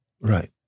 Right